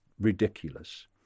ridiculous